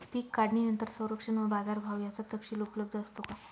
पीक काढणीनंतर संरक्षण व बाजारभाव याचा तपशील उपलब्ध असतो का?